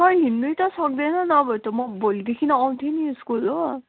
sir हिँड्नै त सक्दैन नभए त म भोलिदेखि आउथेँ नि स्कुल हो